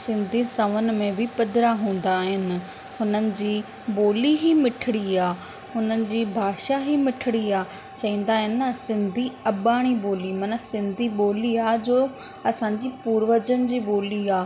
सिंधी सौवनि में बि पदिरा हूंदा आहिनि हुननि जी ॿोली ई मिठिड़ी आहे हुननि जी भाषा ई मिठिड़ी आहे चवंदा आहिनि न सिंधी अबाणी ॿोली सिंधी ॿोली आहे जो असांजी पूर्वजनि जी ॿोली आहे